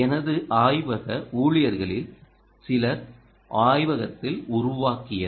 எனது ஆய்வக ஊழியர்களில் சிலர் ஆய்வகத்தில் உருவாக்கியது